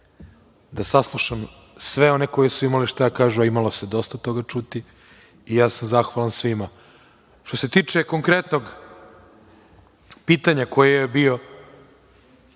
da saslušam sve one koji su imali šta da kažu, a imalo se dosta toga čuti i zahvalan sam svima. Što se tiče konkretnog pitanja koje je bilo